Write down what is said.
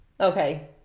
Okay